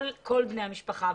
כל בני המשפחה.